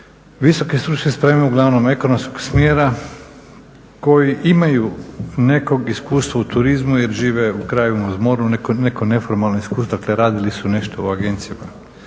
visoke stručne spreme, uglavnom ekonomskog smjera koji imaju nekog iskustva u turizmu jer žive u krajevima uz more, neka neformalna iskustva, dakle radili su nešto u agencijama.